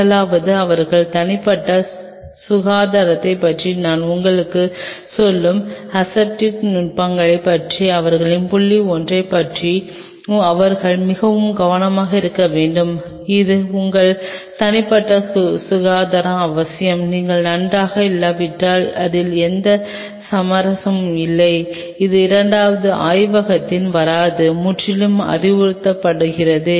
முதலாவதாக அவர்கள் தனிப்பட்ட சுகாதாரத்தைப் பற்றி நான் உங்களுக்குச் சொல்லும் அசெப்டிக் நுட்பங்களைப் பற்றிய அவர்களின் புள்ளி ஒன்றைப் பற்றி அவர்கள் மிகவும் கவனமாக இருக்க வேண்டும் இது உங்கள் தனிப்பட்ட சுகாதாரம் அவசியம் நீங்கள் நன்றாக இல்லாவிட்டால் அதில் எந்த சமரசமும் இல்லை இது இரண்டாவது ஆய்வகத்திற்கு வராதது முற்றிலும் அறிவுறுத்தப்படுகிறது